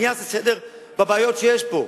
מי יעשה סדר בבעיות שיש פה?